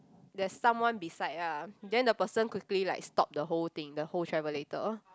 there's someone beside ah then the person quickly like stopped the whole thing the whole travelator